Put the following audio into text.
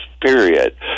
period